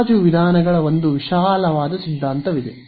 ಅಂದಾಜು ವಿಧಾನಗಳ ಒಂದು ವಿಶಾಲವಾದ ಸಿದ್ಧಾಂತವಿದೆ